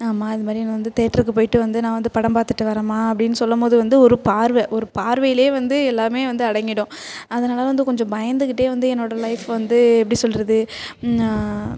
அம்மா இதுமாதிரி நான் வந்துட்டு தேட்டருக்கு போய்ட்டு வந்து நான் வந்து படம் பார்த்துட்டு வர்றேம்மா அப்டின்னு சொல்லும்போது வந்து ஒரு பார்வை ஒரு பார்வையிலேயே வந்து எல்லாம் வந்து அடங்கிவிடும் அதனால வந்து கொஞ்சம் பயந்துக்கிட்டே வந்து என்னோட லைஃப் வந்து எப்படி சொல்கிறது